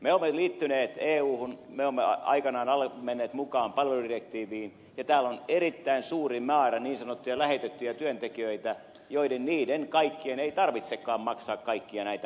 me olemme liittyneet euhun me olemme aikanaan menneet mukaan palveludirektiiviin ja täällä on erittäin suuri määrä niin sanottuja lähetettyjä työntekijöitä joiden kaikkien ei tarvitsekaan maksaa kaikkia näitä maksuja